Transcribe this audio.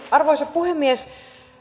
arvoisa puhemies